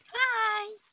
hi